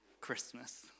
Christmas